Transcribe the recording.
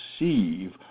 receive